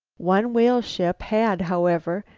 one whaleship had, however,